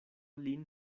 lin